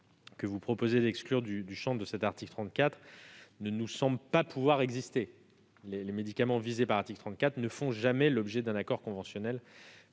que vous proposez d'exclure du champ de cet article 34 ne nous semble pas pouvoir exister. Les médicaments visés à cet article ne font jamais l'objet d'un accord conventionnel